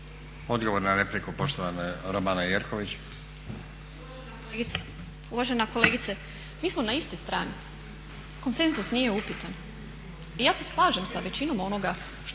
Odgovor na repliku, poštovana Romana Jerković. **Jerković, Romana (SDP)** uvažena kolegice, mi smo na istoj strani. Koncenzus nije upitan i ja se slažem sa većinom onoga što